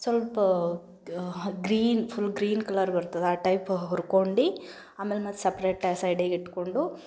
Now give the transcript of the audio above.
ಸ್ವಲ್ಪ green full green colour ಬರ್ತದೆ ಆ ಟೈಪ್ ಹುರ್ಕೊಂಡು ಆಮೇಲೆ ಮತ್ತು ಸಪ್ರೇಟಾಗಿ ಸೈಡಿಗೆ ಇಟ್ಟುಕೊಂಡು